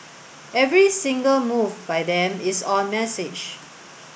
every single move by them is on message